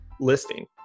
listing